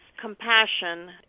compassion